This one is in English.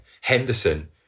Henderson